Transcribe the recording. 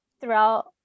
throughout